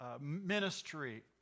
ministry